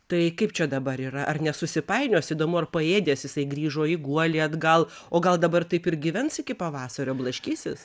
tai kaip čia dabar yra ar nesusipainios įdomu ar paėdęs jisai grįžo į guolį atgal o gal dabar taip ir gyvens iki pavasario blaškysis